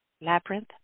Labyrinth